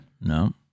no